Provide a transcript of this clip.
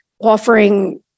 offering